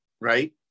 right